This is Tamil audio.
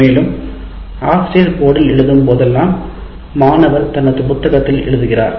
மேலும் ஆசிரியர் போர்டில் எழுதும் போதெல்லாம் மாணவர் தனது புத்தகத்திலும் எழுதுகிறார்